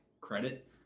credit